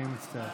אני מצטער.